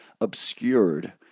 obscured